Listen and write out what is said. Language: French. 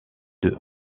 deux